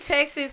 Texas